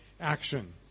action